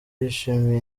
yishimiye